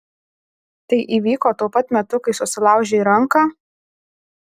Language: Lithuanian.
tai įvyko tuo pat metu kai susilaužei ranką